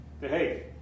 Hey